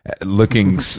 looking